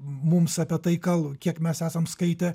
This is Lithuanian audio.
mums apie tai gal kiek mes esam skaitę